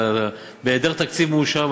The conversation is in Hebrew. בהיעדר תקציב מאושר,